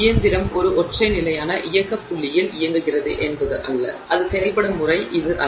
இயந்திரம் ஒரு ஒற்றை நிலையான இயக்க புள்ளியில் இயங்குகிறது என்பது அல்ல அது செயல்படும் முறை இது அல்ல